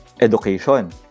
education